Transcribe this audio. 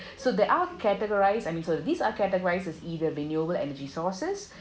so there are categorised I mean sorry these are categorised as either renewable energy sources